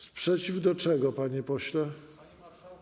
Sprzeciw do czego, panie pośle?